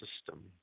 system